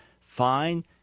Fine